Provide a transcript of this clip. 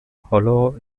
hollow